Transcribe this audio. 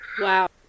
wow